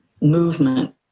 movement